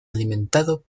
alimentado